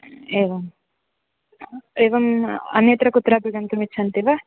एवम् एवम् अन्यत्र कुत्रापि गन्तुमिच्छन्ति वा